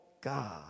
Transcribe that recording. God